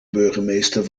burgemeester